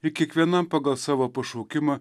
ir kiekvienam pagal savo pašaukimą